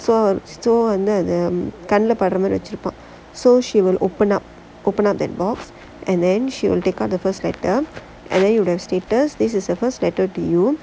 so வந்து அது கண்ணுல படுற மாறி வச்சு இருப்பான்:vanthu atha kannula padura maari vachu irupaan so she will open up open up that box and then she will take out the first letter and then you would have stated this is the first letter to you